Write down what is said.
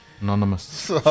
Anonymous